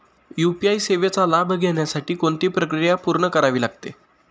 UPI सेवेचा लाभ घेण्यासाठी कोणती प्रक्रिया पूर्ण करावी लागते?